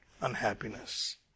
unhappiness